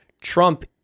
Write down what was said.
Trump